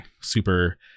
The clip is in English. super